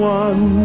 one